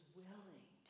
willing